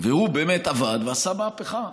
והוא באמת עבד ועשה מהפכה.